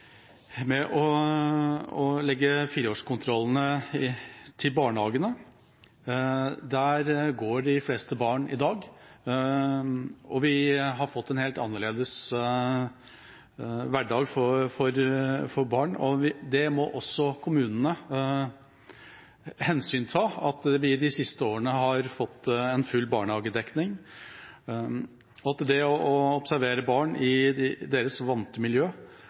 med å legge fireårskontrollene til barnehagene. Der går de fleste barn i dag. Vi har fått en helt annerledes hverdag for barn, og det må også kommunene hensynta – at vi i de siste årene har fått full barnehagedekning, og at det å observere barn i deres vante miljø